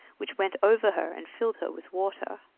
which went over her and filled her with water.